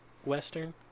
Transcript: western